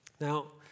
Now